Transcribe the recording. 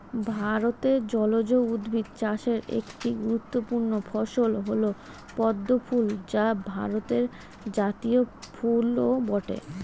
ভারতে জলজ উদ্ভিদ চাষের একটি গুরুত্বপূর্ণ ফসল হল পদ্ম ফুল যা ভারতের জাতীয় ফুলও বটে